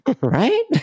right